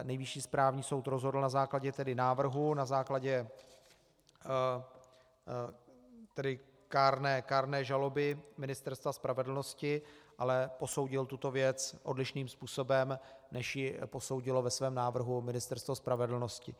Nejvyšší správní soud rozhodl na základě tedy návrhu, na základě kárné žaloby Ministerstva spravedlnosti, ale posoudil tuto věc odlišným způsobem, než ji posoudilo ve svém návrhu Ministerstvo spravedlnosti.